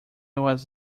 was